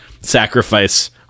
sacrifice